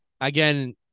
again